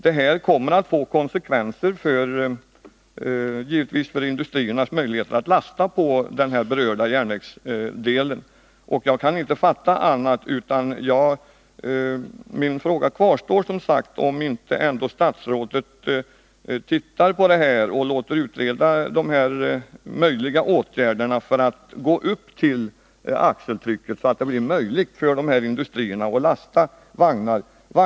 Det här kommer givetvis att få konsekvenser för industriernas möjligheter att lasta på den berörda järnvägsdelen. Jag kan inte finna annat än att min fråga kvarstår, om inte statsrådet ändå måste se på detta och låta utreda möjliga åtgärder för att gå upp i axeltryck så att det blir möjligt för dessa industrier att lasta vagnarna fulla.